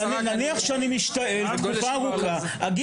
נניח שאני משתעל תקופה ארוכה וכשאני